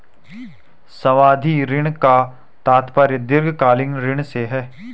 सावधि ऋण का तात्पर्य दीर्घकालिक ऋण से है